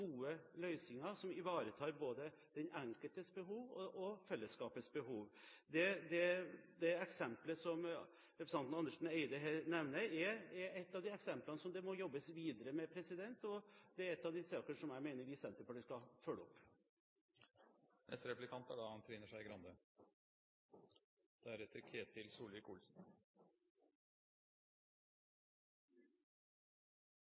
gode løsninger i skattepolitikken som ivaretar både den enkeltes behov og fellesskapets behov. Det eksemplet som representanten Andersen Eide her nevner, er noe av det som det må jobbes videre med. Det er en av de sakene som jeg mener vi i Senterpartiet skal følge opp. Jeg syns representanten Ropstad stilte et litt slemt spørsmål til SV, men jeg syns det er